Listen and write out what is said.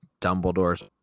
Dumbledore's